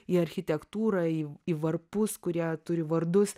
į architektūrą į į varpus kurie turi vardus